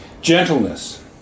Gentleness